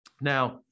Now